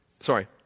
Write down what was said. sorry